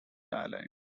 islands